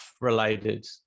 related